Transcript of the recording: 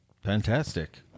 Fantastic